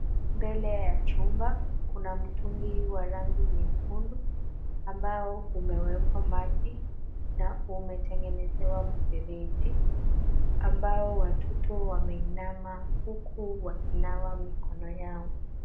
Mbele ya chumba, kuna mtungi wa rangi nyekundu, ambao umewekwa maji na umetengenezewa mfereji, ambao watoto wameinama huku wakinawa mikono yao.